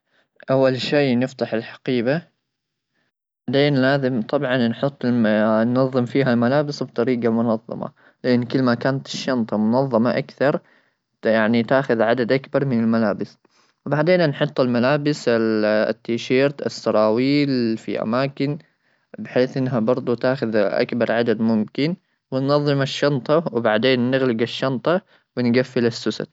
اول شيء نفتح الحقيبه لين لازم طبعا نحط ننظم فيها الملابس بطريقه منظمه لان كل ما كانت الشنطه منظمه اكثر يعني تاخذ عدد اكبر من الملابس وبعدين نحط الملابس التيشيرت السراويل في اماكن بحيث انها برضو تاخذ اكبر عدد ممكن وننظم الشنطه وبعدين نغلق الشنطه ونقفل السوست.